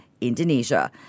Indonesia